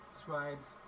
scribes